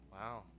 Wow